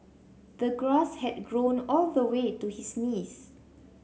the grass had grown all the way to his knees